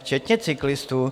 Včetně cyklistů.